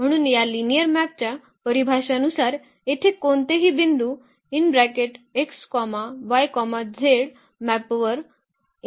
म्हणून या लिनिअर मॅपच्या परिभाषानुसार येथे कोणतेही बिंदू मॅपवर मॅप करतात